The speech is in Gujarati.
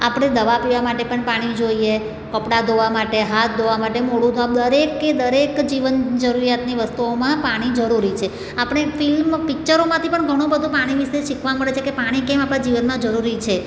આપણે દવા પીવા માટે પણ પાણી જોઈએ કપડાં ધોવા માટે હાથ ધોવા માટે મોઢું ધોવામાં દરેકે દરેક જીવન જરૂરિયાતની વસ્તુઓમા પાણી જરૂરી છે આપણે ફિલ્મ પિક્ચરોમાંથી પણ ઘણું બધું પાણી વિષે શીખવા મળે છે કે પાણી કેમ આપણાં જીવનમાં જરૂરી છે